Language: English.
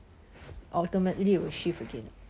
ultimately it will shift again